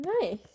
Nice